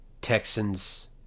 Texans